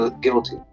guilty